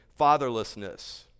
fatherlessness